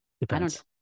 Depends